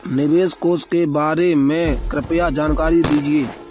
निवेश कोष के बारे में कृपया जानकारी दीजिए